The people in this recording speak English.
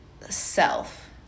self